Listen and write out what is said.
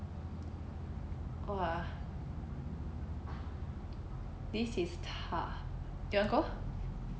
!wah! this is tough ah you want go